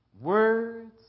words